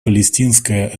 палестинская